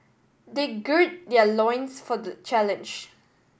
they gird their loins for the challenge